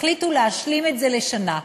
החליטו להשלים את זה לשנה.